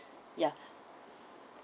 ya